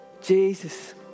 Jesus